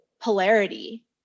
polarity